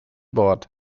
bord